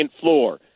floor